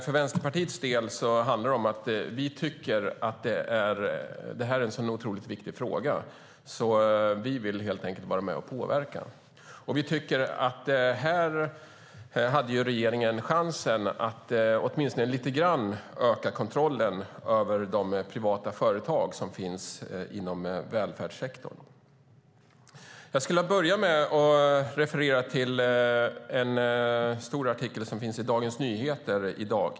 För Vänsterpartiets del handlar det om att vi tycker att denna fråga är så viktig att vi vill vara med och påverka. Vi menar att regeringen här hade chansen att åtminstone lite grann öka kontrollen av de privata företag som finns inom välfärdssektorn. Jag börjar med att referera till en artikel i dagens Dagens Nyheter.